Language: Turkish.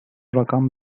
rakam